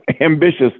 ambitious